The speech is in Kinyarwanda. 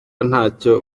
ntacyo